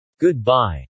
Goodbye